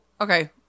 Okay